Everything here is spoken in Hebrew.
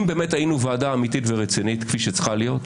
אם באמת היינו ועדה אמיתית ורצינית כפי שצריכה להיות,